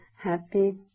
happy